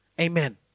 Amen